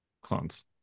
clones